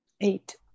Eight